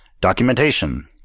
Documentation